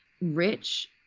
rich